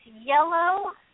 yellow